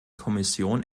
kommission